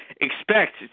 expect